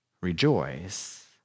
rejoice